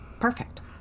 Perfect